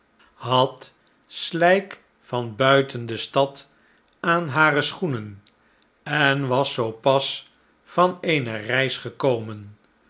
had slijk van buiten de stad aan hare schoenen en was zoo pas van e ene reis gekomen